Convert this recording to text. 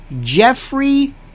Jeffrey